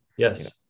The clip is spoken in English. yes